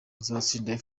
izatsinda